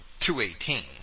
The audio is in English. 2.18